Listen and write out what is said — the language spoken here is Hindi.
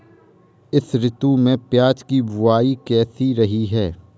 इस ऋतु में प्याज की बुआई कैसी रही है?